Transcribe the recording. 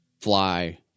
fly